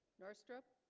north strip